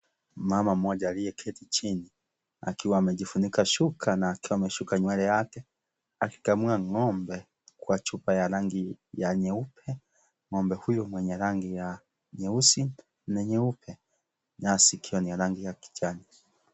Mama mmoja aliyeketi chini akiwa amejifunika shuka na akiwa ameshuka nywele yake akikamua ng'ombe kwa chupa ya rangi ya nyeupe, ng'ombe huyu mwenye rangi ya nyeusi na nyeupe, nyasi ikiwa ni ya rangi ya kijani.